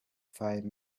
five